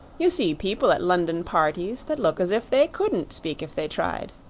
you see people at london parties that look as if they couldn't speak if they tried.